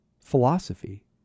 philosophy